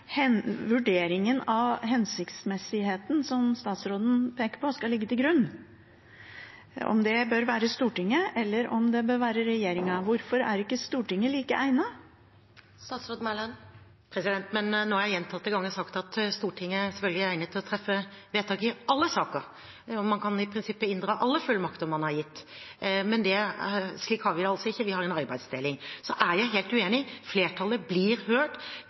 vurderingen av hensiktsmessigheten som statsråden peker på skal ligge til grunn – om det bør være Stortinget, eller om det bør være regjeringen. Hvorfor er ikke Stortinget like godt egnet? Nå har jeg gjentatte ganger sagt at Stortinget selvfølgelig er egnet til å treffe vedtak i alle saker. Man kan i prinsippet inndra alle fullmakter man har gitt, men slik har vi det altså ikke. Vi har en arbeidsdeling. Og så er jeg helt uenig, flertallet blir hørt